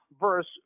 verse